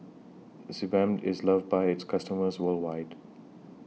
Sebamed IS loved By its customers worldwide